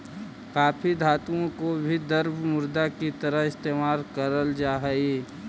काफी धातुओं को भी द्रव्य मुद्रा की तरह इस्तेमाल करल जा हई